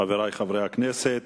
חברי חברי הכנסת,